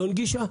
שלא נגישה,